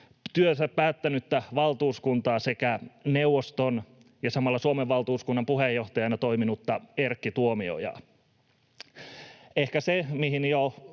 työnsä päättänyttä valtuuskuntaa sekä neuvoston ja samalla Suomen valtuuskunnan puheenjohtajana toiminutta Erkki Tuomiojaa. Kun täällä jo